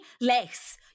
less